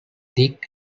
thick